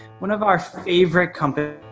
one of our favorite companies,